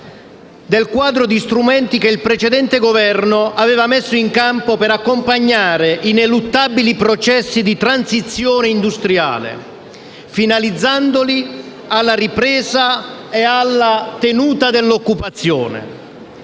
del quadro di strumenti che il precedente Governo aveva messo in campo per accompagnare ineluttabili processi di transizione industriale finalizzandoli alla ripresa e alla tenuta dell'occupazione.